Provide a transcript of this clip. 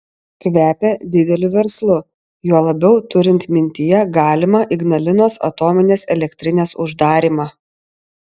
kvepia dideliu verslu juo labiau turint mintyje galimą ignalinos atominės elektrinės uždarymą